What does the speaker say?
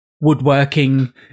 woodworking